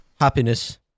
happiness